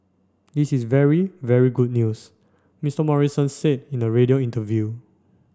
this is very very good news Mister Morrison said in a radio interview